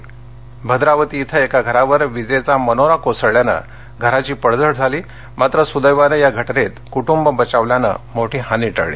तर भद्रावती इथं एका घरावर विजेचा मनोरा कोसळल्याने घराची पडझड झाली मात्र सुदैवाने या घटनेत कुटुंब बचावल्याने मोठी हानी टळली